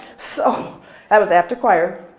so that was after choir.